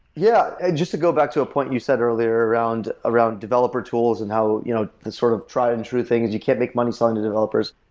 yeah and just to go back to a point you said earlier around around developer tools and how this you know sort of tried and true things, you can't make money selling to developers.